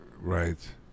Right